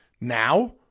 Now